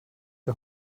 der